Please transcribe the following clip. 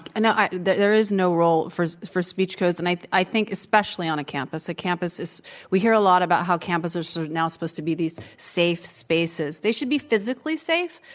and no there is no role for for speech codes. and i i think especially on a campus. a campus is we hear a lot about how campuses are now supposed to be these safe spaces. they should be physically safe.